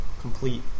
complete